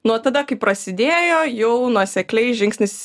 nuo tada kai prasidėjo jau nuosekliai žingsnis